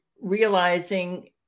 realizing